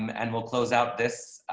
um and we'll close out this